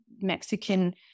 Mexican